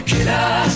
Killer